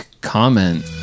comment